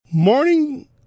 Morning